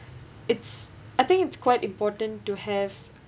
it's I think it's quite important to have